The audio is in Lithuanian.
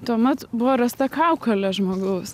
tuomet buvo rasta kaukolė žmogaus